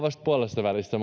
vasta puolessavälissä